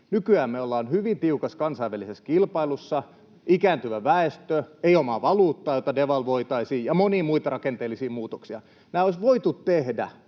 Nykyään me ollaan hyvin tiukassa kansainvälisessä kilpailussa, ikääntyvä väestö, ei omaa valuuttaa, jota devalvoitaisiin, ja monia muita rakenteellisia muutoksia. Nämä tarvittavat